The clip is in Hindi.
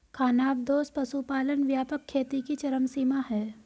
खानाबदोश पशुपालन व्यापक खेती की चरम सीमा है